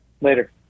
Later